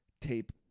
tape